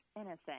innocent